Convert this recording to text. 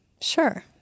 Sure